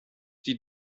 die